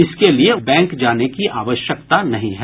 इसके लिए उन्हें बैंक जाने की आवश्यकता नहीं है